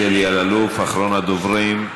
אלאלוף, אחרון הדוברים,